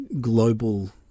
global